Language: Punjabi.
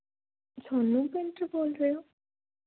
ਸੋਨੂੰ ਪੇਂਟਰ ਬੋਲ ਰਹੇ ਹੋ